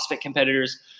competitors